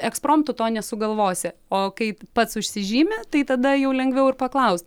ekspromtu to nesugalvosi o kai pats užsižymi tai tada jau lengviau ir paklaust